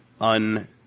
un-